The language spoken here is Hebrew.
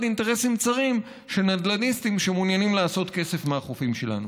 אינטרסים צרים של נדל"ניסטים שמעוניינים לעשות כסף מחופים שלנו.